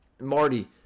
Marty